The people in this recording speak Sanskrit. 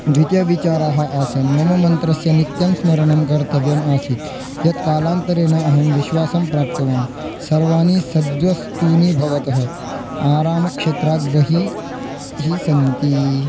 द्वितियविचाराः आसन् मम मन्त्रस्य नित्यं स्मरणं कर्तव्यम् आसीत् यत् कालान्तरेण अहं विश्वासं प्राप्तवान् सर्वानि सद्वस्तूनि भवतः आरामक्षेत्रात् बहिः हि सन्ति